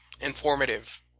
informative